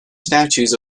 statues